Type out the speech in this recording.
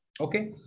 okay